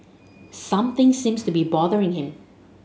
something seems to be bothering him